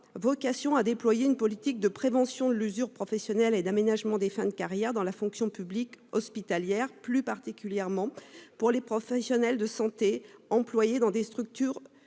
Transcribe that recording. dédié au déploiement de politiques de prévention de l'usure professionnelle et d'aménagement des fins de carrières dans la fonction publique hospitalière, et plus particulièrement pour les professionnels de santé employés dans des structures